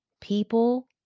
people